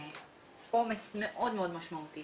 עומס מאוד משמעותי